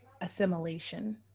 assimilation